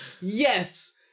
yes